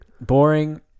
Boring